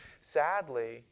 Sadly